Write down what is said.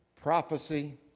prophecy